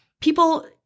people –